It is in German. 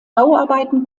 bauarbeiten